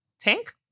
Tank